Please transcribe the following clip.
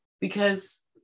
because-